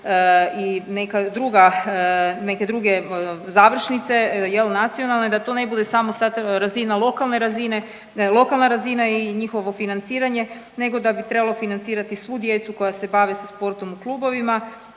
neke druge završnice, je li, nacionalne, da to ne bude samo sad razina lokalne razine, da je lokalna razina i njihovo financiranje nego da bi trebalo financirati svu djecu koja se bave sa sportom u klubovima